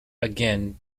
again